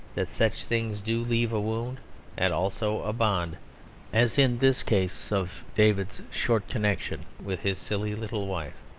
that such things do leave a wound and also a bond as in this case of david's short connection with his silly little wife.